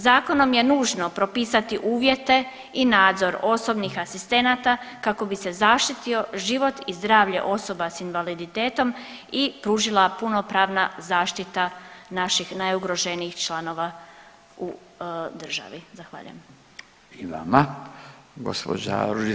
Zakonom je nužno propisati uvjete i nadzor osobnih asistenata kako bi se zaštitio život i zdravlje osoba s invaliditetom i pružila punopravna zaštita naših najugroženijih članova u državi.